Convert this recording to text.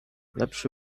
lepszy